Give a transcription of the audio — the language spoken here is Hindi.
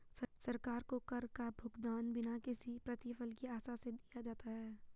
सरकार को कर का भुगतान बिना किसी प्रतिफल की आशा से दिया जाता है